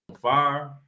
fire